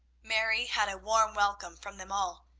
mary had a warm welcome from them all.